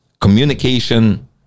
communication